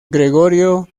gregorio